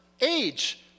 age